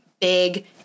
big